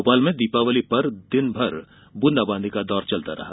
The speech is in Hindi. भोपाल में दीपावली पर्व पर दिन भर ब्रेदाबादी का दौर चलता रहा